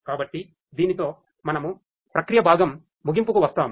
కాబట్టి దీనితో మనము ప్రక్రియ భాగం ముగింపుకు వస్తాము